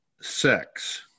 sex